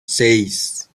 seis